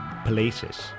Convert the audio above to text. Places